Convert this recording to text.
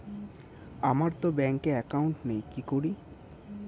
আমারতো ব্যাংকে একাউন্ট নেই কি করি?